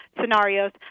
scenarios